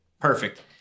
perfect